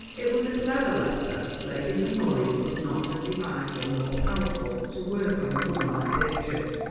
it was a clever letter lady honoria could not have devised one more powerful to work on a woman like beatrice.